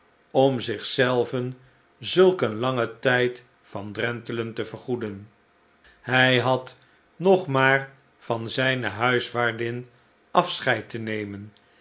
om zich zelven zulk een langen tijd van drentelen te vergoeden hij had nog maar van zijne huiswaardin afscheid te nemen